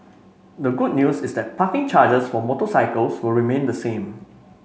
the good news is that parking charges for motorcycles will remain the same